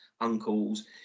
uncles